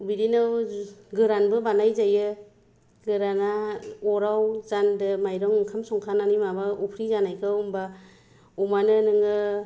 बिदिनो गोरानबो बानायजायो गोराना अराव जानदो माइरं ओंखाम संखांनानै माबा अफ्रि जानायखौ ओमबा अमानो नोङो